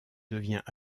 devient